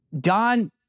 Don